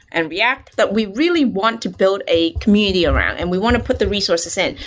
and react that we really want to build a community around and we want to put the resources in.